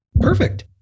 Perfect